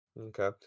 Okay